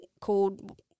called